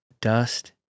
dust